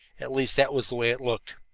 at least that was the way it looked.